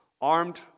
armed